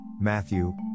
Matthew